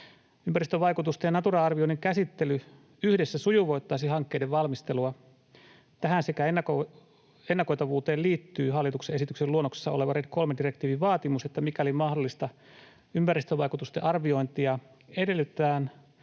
Ympäristövaikutusten ja Natura-arvioiden käsittely yhdessä sujuvoittaisi hankkeiden valmistelua. Tähän sekä ennakoitavuuteen liittyy hallituksen esityksen luonnoksessa oleva RED III -direktiivin vaatimus, että mikäli mahdollista ympäristövaikutusten arviointia edellytetään,